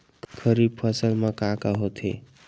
खरीफ फसल मा का का फसल होथे?